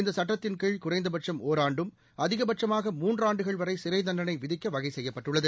இந்த சட்டத்தின் கீழ் குறைந்தபட்சம் ஒராண்டும் அதிகபட்சமாக மூன்று ஆண்டுகள் வரை சிறை தண்டனை விதிக்க வகை செய்யப்பட்டுள்ளது